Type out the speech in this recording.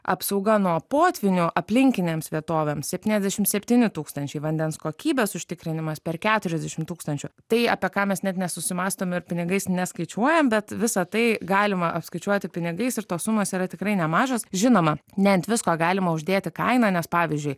apsauga nuo potvynio aplinkinėms vietovėms septyniasdešimt septyni tūkstančiai vandens kokybės užtikrinimas per keturiasdešimt tūkstančių tai apie ką mes net nesusimąstom ar pinigais neskaičiuojam bet visa tai galima apskaičiuoti pinigais ir tos sumos yra tikrai nemažos žinoma ne ant visko galima uždėti kainą nes pavyzdžiui